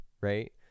right